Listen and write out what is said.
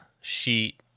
sheet